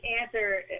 answer